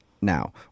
now